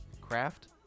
craft